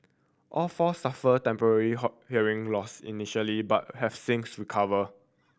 all four suffered temporary hearing loss initially but have since recovered